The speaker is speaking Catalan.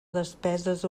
despeses